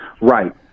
Right